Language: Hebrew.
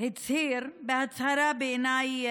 הצהיר הצהרה טובה בעיניי,